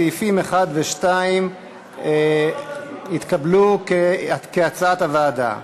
סעיפים 1 ו-2 התקבלו כהצעת הוועדה.